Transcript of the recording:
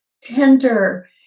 tender